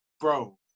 bro